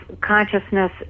consciousness